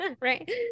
right